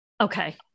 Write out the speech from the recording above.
Okay